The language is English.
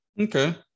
Okay